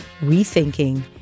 Rethinking